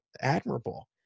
admirable